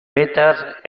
peter